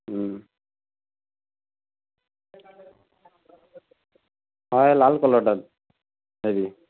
ହୁଁ ହଁ ହେ ଲାଲ୍ କଲର୍ଟା ନେବି